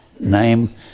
name